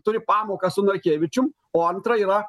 turi pamoką su narkevičium o antra yra